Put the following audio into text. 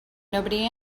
nobody